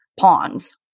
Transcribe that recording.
pawns